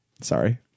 sorry